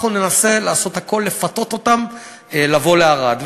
אנחנו ננסה לעשות הכול לפתות אותם לבוא לערד.